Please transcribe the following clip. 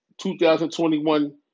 2021